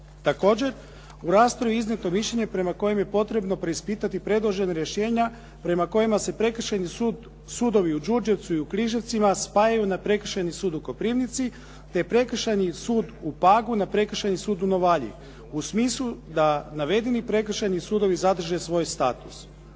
Također, u raspravi je iznijeto mišljenje prema kojem je potrebno preispitati predložena rješenja prema kojima se prekršajni sudovi u Đurđevcu i Križevcima spajaju na prekršajni sud u Koprivnici, te prekršajni sud u Pagu, na prekršajni sud u Novalji. U smislu da navedeni prekršajni sudovi zadrže svoj status.